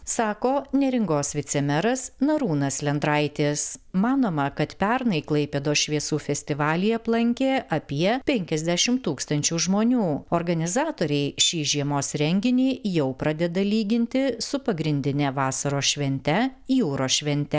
sako neringos vicemeras narūnas lendraitis manoma kad pernai klaipėdos šviesų festivalį aplankė apie penkiasdešim tūkstančių žmonių organizatoriai šį žiemos renginį jau pradeda lyginti su pagrindine vasaros švente jūros švente